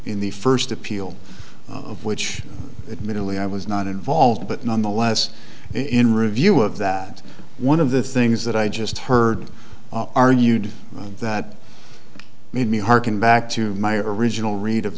in the first appeal which admittedly i was not involved but nonetheless in review of that one of the things that i just heard argued that made me harken back to my original read of